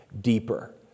deeper